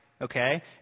okay